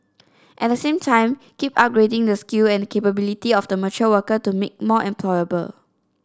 at the same time keep upgrading the skill and capability of the mature worker to make more employable